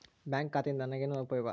Bank ಖಾತೆಯಿಂದ ನನಗೆ ಏನು ಉಪಯೋಗ?